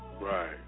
Right